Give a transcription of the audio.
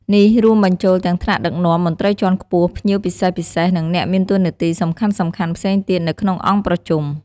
នេះរួមបញ្ចូលទាំងថ្នាក់ដឹកនាំ មន្ត្រីជាន់ខ្ពស់ ភ្ញៀវពិសេសៗ និងអ្នកមានតួនាទីសំខាន់ៗផ្សេងទៀតនៅក្នុងអង្គប្រជុំ។